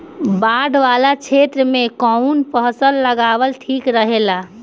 बाढ़ वाला क्षेत्र में कउन फसल लगावल ठिक रहेला?